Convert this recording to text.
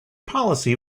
policy